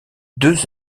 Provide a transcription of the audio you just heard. deux